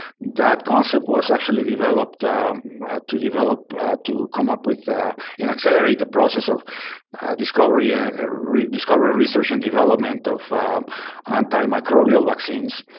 that concept was actually developed to develop to come up with and accelerate the process of discovery and re discovery, research, and development of antimicrobial vaccines.